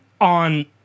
On